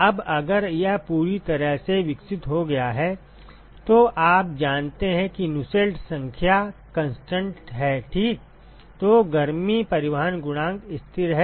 अब अगर यह पूरी तरह से विकसित हो गया है तो आप जानते हैं कि नुसेल्ट संख्या कंस्टन्ट है ठीक तो गर्मी परिवहन गुणांक स्थिर है